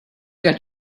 get